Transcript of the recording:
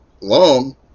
Long